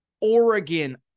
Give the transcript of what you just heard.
Oregon